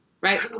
Right